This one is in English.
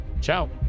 Ciao